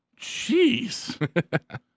Jeez